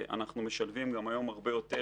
אנחנו משלבים היום הרבה יותר